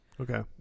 Okay